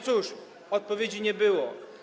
Cóż, odpowiedzi nie było.